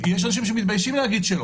יש אנשים שמתביישים להגיד שלא.